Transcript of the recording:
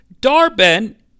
Darben